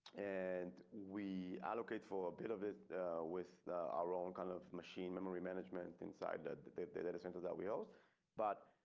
and we allocate for a bit of it with our own kind of machine memory management inside that that the the data center that we also but.